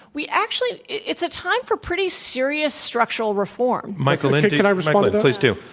we actually it's a time for pretty serious structural reform. michael lind. can i respond? please do.